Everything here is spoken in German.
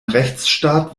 rechtsstaat